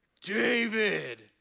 David